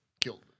killed